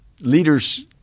Leaders